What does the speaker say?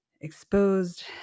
exposed